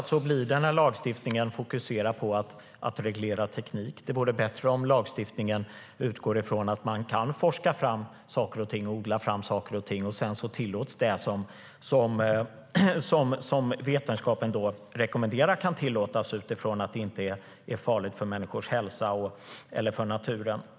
Så blir det när lagstiftningen fokuserar på att reglera teknik. Det vore bättre om lagstiftningen utgår från att man kan forska fram och odla fram saker och ting och sedan tillåts saker som vetenskapen kan rekommendera utifrån att det inte är farligt för människors hälsa eller för naturen.